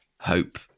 hope